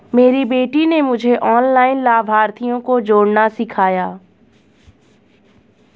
मेरी बेटी ने मुझे ऑनलाइन लाभार्थियों को जोड़ना सिखाया